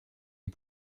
les